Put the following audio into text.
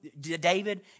David